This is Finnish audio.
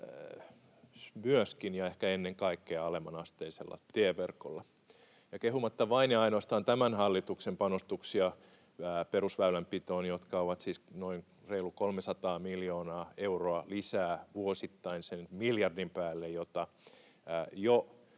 myöskin ja ehkä ennen kaikkea alemman asteisella tieverkolla. Kehumatta vain ja ainoastaan tämän hallituksen panostuksia perusväylänpitoon, jotka ovat siis noin reilu 300 miljoonaa euroa lisää vuosittain sen miljardin päälle, joka jo